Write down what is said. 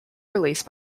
release